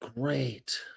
Great